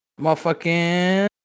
motherfucking